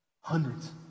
hundreds